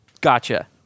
Gotcha